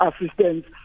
assistance